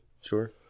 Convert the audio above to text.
sure